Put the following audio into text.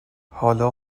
حالا